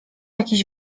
jakiś